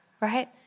right